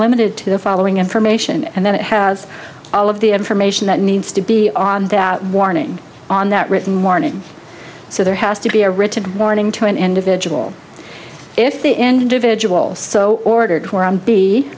limited to the following information and then it has all of the information that needs to be on that warning on that written warning so there has to be a written warning to an individual if the individual so ordered be